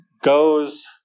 Goes